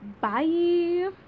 bye